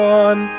one